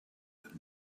and